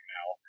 Now